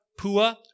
Pua